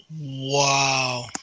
wow